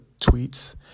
tweets